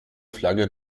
flagge